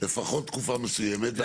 לפחות תקופה מסוימת.